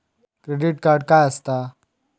Credit card काय असता?